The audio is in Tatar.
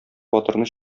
батырны